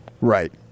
Right